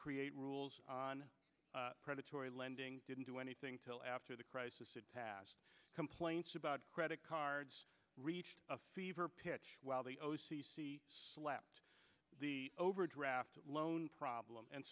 create rules on predatory lending didn't do anything till after the crisis it passed complaints about credit cards reached a fever pitch while they slapped the overdraft loan problem and